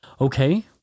Okay